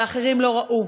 אבל האחרים לא ראו,